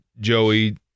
joey